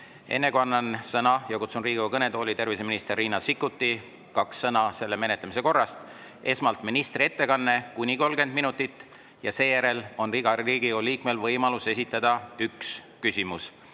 Enne, kui kutsun Riigikogu kõnetooli terviseminister Riina Sikkuti, kaks sõna selle menetlemise korra kohta. Esmalt ministri ettekanne kuni 30 minutit ja seejärel on igal Riigikogu liikmel võimalus esitada üks küsimus.